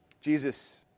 Jesus